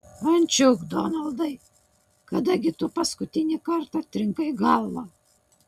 ančiuk donaldai kada gi tu paskutinį kartą trinkai galvą